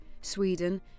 Sweden